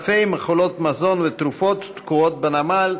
אלפי מכולות מזון ותרופות תקועות בנמל.